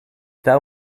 tel